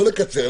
לא לקצר,